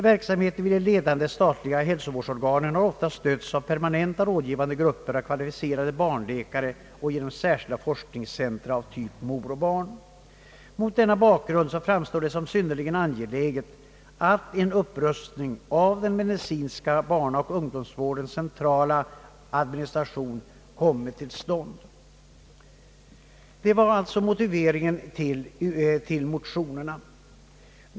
Verksamheten vid de ledande, statliga hälsovårdsorganen har ofta skötts av permanenta rådgivande grupper av kvalificerade barnläkare och genom särskilda forskningscentra av typen »mor och barn». Mot denna bakgrund framstår det som angeläget att en upprustning av den medicinska barnaoch ungdomsvårdens centrala administration kommer till stånd. Detta är alltså motiveringen till de nämnda motionerna.